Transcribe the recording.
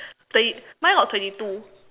twenty mine got twenty two